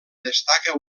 destaca